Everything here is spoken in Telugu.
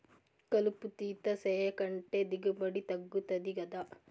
కలుపు తీత సేయకంటే దిగుబడి తగ్గుతది గదా